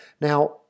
Now